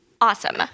Awesome